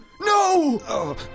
no